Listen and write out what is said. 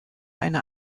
eine